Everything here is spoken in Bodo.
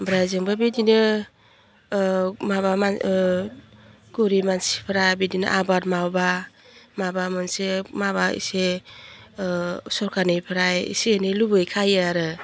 आमफ्राय जोंबो बिदिनो माबा मा गुरै मानसिफ्रा बिदिनो आबाद मामाबा माबा मोनसे माबा एसे सरकारनिफ्राय एसे एनै लुबैखायो आरो